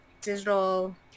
digital